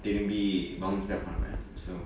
திரும்பி:thirumbi bounce back பன்னுவேன்:pannuven so